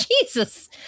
Jesus